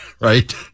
right